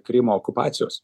krymo okupacijos